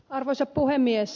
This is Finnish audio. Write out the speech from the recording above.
arvoisa puhemies